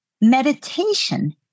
Meditation